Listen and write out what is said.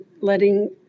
letting